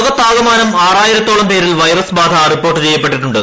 ലോകത്താകമാനം ആറായിരത്തോളം പേരിൽ വൈറസ് ബാധ റിപ്പോർട്ട് ചെയ്യപ്പെട്ടിട്ടുണ്ട്